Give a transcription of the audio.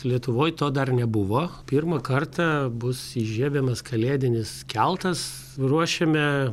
lietuvoj to dar nebuvo pirmą kartą bus įžiebiamas kalėdinis keltas ruošiame